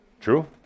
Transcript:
True